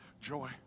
joy